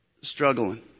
struggling